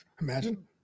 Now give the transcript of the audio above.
Imagine